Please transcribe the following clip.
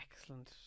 excellent